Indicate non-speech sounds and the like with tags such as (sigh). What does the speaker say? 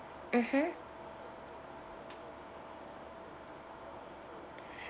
mmhmm (breath)